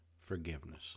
forgiveness